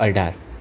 અઢાર